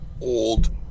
old